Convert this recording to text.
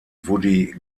woody